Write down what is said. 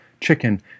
chicken